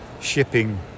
shipping